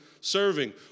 serving